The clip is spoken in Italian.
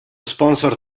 sponsor